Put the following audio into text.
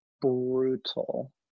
brutal